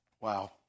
Wow